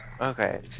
Okay